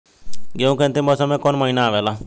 गेहूँ के अंतिम मौसम में कऊन महिना आवेला?